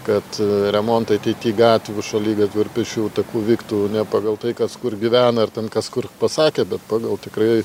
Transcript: kad remontai ateity gatvių šaligatvių ir pėsčiųjų takų vyktų ne pagal tai kas kur gyvena ir ten kas kur pasakė bet pagal tikrai